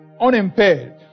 unimpaired